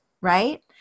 right